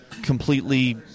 completely